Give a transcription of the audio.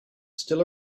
still